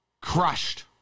Crushed